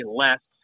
less